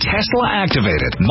Tesla-activated